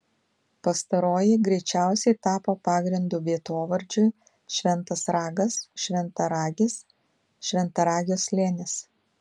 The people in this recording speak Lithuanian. pastaroji greičiausiai tapo pagrindu vietovardžiui šventas ragas šventaragis šventaragio slėnis